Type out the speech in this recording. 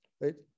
right